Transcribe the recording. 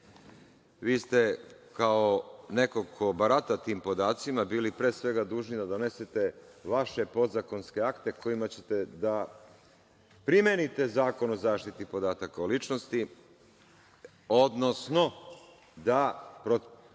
Vi ste kao neko ko barata tim podacima bili pre svega dužni da donesete vaše podzakonske akte kojima ćete da primenite Zakon o zaštiti podataka o ličnosti, odnosno da utvrdite